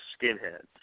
skinheads